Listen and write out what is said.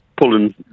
pulling